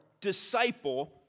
disciple